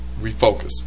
refocus